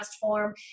form